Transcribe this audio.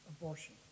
abortion